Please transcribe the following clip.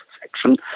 section